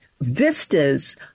vistas